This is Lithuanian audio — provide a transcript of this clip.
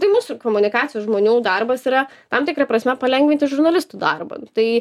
tai mūsų komunikacijos žmonių darbas yra tam tikra prasme palengvinti žurnalistų darbą tai